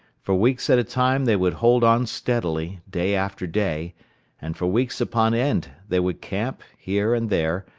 for weeks at a time they would hold on steadily, day after day and for weeks upon end they would camp, here and there,